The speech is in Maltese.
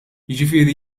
jiġifieri